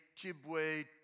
Chibwe